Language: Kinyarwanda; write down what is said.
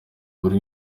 buri